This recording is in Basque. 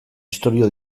istorio